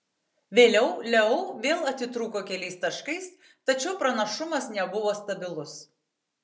vėliau leu vėl atitrūko keliais taškais tačiau pranašumas nebuvo stabilus